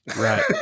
Right